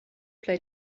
play